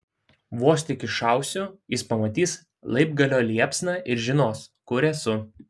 vos tik iššausiu jis pamatys laibgalio liepsną ir žinos kur esu